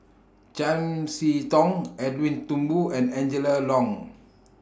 Chiam See Tong Edwin Thumboo and Angela Liong